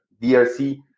DRC